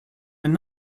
and